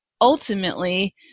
ultimately